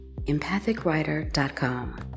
EmpathicWriter.com